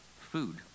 food